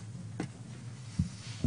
(6)